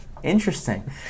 interesting